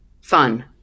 fun